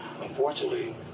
Unfortunately